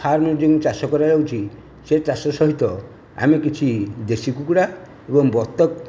ଫାର୍ମରେ ଯେମିତି ଚାଷ କରାଯାଉଛି ସେ ଚାଷ ସହିତ ଆମେ କିଛି ଦେଶୀ କୁକୁଡ଼ା ଏବଂ ବତକ